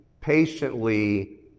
patiently